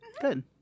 good